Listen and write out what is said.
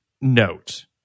note